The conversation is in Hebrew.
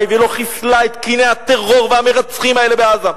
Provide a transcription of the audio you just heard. אבל עד שלא באה "חומת מגן" וחיסלה את הטרור בבסיס שלו,